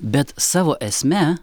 bet savo esme